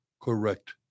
Correct